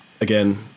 again